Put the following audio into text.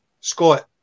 Scott